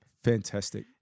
fantastic